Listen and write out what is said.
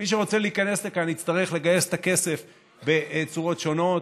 מי שרוצה להיכנס לכאן יצטרך לגייס את הכסף בצורות שונות,